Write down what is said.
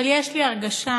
אבל יש לי הרגשה,